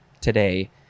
today